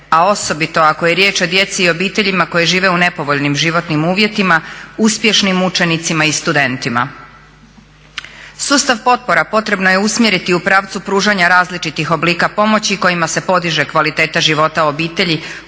a osobito ako je riječ o djeci i obiteljima koje žive u nepovoljnim životnim uvjetima, uspješnim učenicima i studentima. Sustav potpora potrebno je usmjeriti u pravcu pružanja različitih oblika pomoći kojima se podiže kvaliteta života obitelji